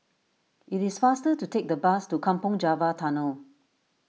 it is faster to take the bus to Kampong Java Tunnel